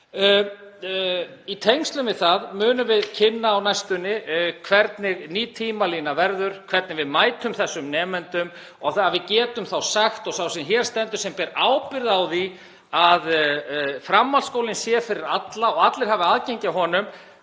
Í tengslum við það munum við kynna á næstunni hvernig ný tímalína verður, hvernig við mætum þessum nemendum þannig að við getum þá sagt og sá sem hér stendur, sem ber ábyrgð á því að framhaldsskólinn sé fyrir alla og allir hafi aðgengi að honum,